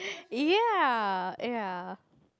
ya ya